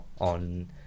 on